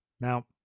Now